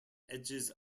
edges